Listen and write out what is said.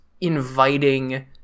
inviting